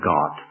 God